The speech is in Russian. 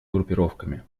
группировками